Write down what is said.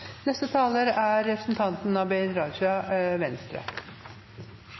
Neste taler er representanten